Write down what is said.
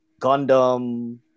Gundam